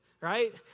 Right